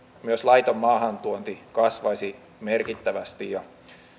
myös laiton maahantuonti kasvaisi merkittävästi ja